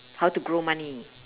how to grow money